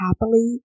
happily